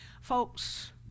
Folks